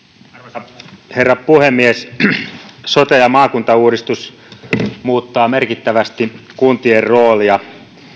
arvoisa herra puhemies sote ja maakuntauudistus muuttaa merkittävästi kuntien roolia